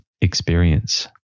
experience